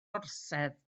orsedd